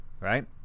right